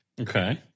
Okay